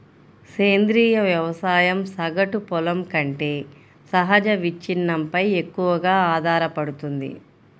సేంద్రీయ వ్యవసాయం సగటు పొలం కంటే సహజ విచ్ఛిన్నంపై ఎక్కువగా ఆధారపడుతుంది